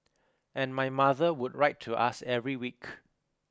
and my mother would write to us every week